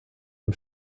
dem